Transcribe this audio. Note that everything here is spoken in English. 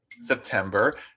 September